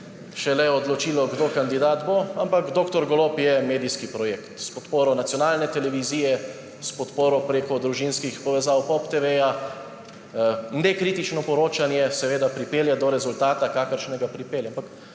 šele odločilo, kdo kandidat bo, ampak dr. Golob je medijski projekt, s podporo nacionalne televizije, s podporo preko družinskih povezav POP TV. Nekritično poročanje seveda pripelje do rezultata, do kakršnega pripelje.